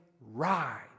rise